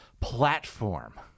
platform